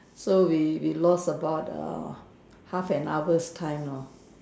so we we lost about err half an hour time lor